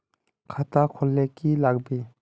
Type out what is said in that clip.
खाता खोल ले की लागबे?